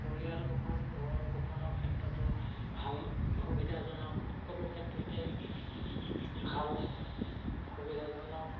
পৰিয়াল পোষণ ভৰণ পোষণৰ ক্ষেত্ৰতো ভাল সুবিধাজনক সকলো ক্ষেত্ৰতে ভাল সুবিধাজনক